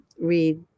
read